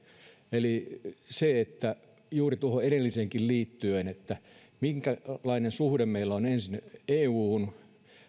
eli juuri tuohon edelliseenkin liittyen se minkälainen suhde meillä on ensinnäkin euhun